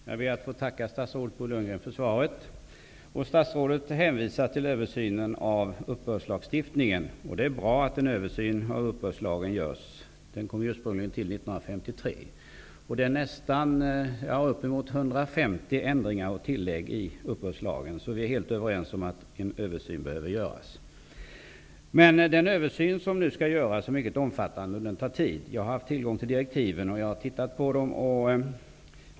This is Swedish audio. Fru talman! Jag ber att få tacka statsrådet Bo Lundgren för svaret. Statsrådet hänvisar till översynen av uppbördslagstiftningen. Det är bra att en översyn av uppbördslagen görs. Den kom ursprungligen till 1953. Det är uppemot 150 ändringar och tillägg i uppbördslagen, så vi är helt överens om att en översyn behöver göras. Men den översyn som nu skall göras är mycket omfattande och den tar tid. Jag har haft tillgång till direktiven och jag har tittat på dem.